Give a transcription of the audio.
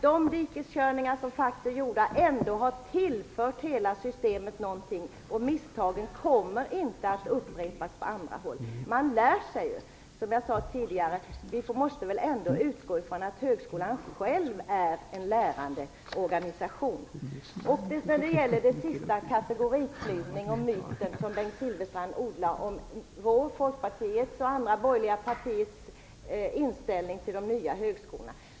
De dikeskörningar som har gjorts har ändå tillfört hela systemet någonting, och misstagen kommer inte att upprepas på andra håll - man lär sig ju. Som jag sade tidigare, måste vi väl utgå från att högskolan själv är en lärande organisation. Kategoriklyvningen är en myt som Bengt Silfverstrand odlar när det gäller Folkpartiets och de andra borgerliga partiernas inställning till de nya högskolorna.